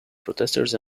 protesters